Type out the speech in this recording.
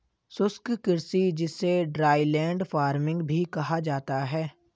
शुष्क कृषि जिसे ड्राईलैंड फार्मिंग भी कहा जाता है